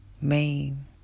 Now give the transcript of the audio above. main